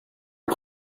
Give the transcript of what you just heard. ton